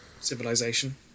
civilization